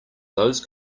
those